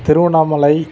Tiruvannamalai